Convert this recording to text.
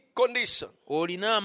condition